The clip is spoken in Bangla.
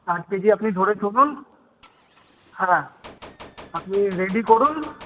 ষাট কেজি আপনি ধরে চলুন হ্যাঁ আপনি রেডি করুন